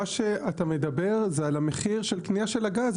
מה שאתה מדבר זה על המחיר של קניית הגז,